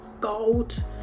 gold